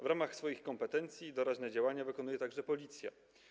W ramach swoich kompetencji doraźne działania wykonuje także Policja.